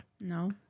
No